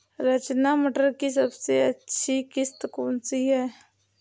रचना मटर की सबसे अच्छी किश्त कौन सी है?